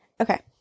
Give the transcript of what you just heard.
Okay